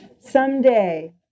Someday